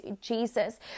Jesus